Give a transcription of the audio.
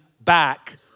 back